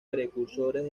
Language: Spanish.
precursores